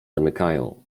zamykają